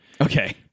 Okay